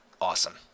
awesome